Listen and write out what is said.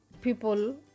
people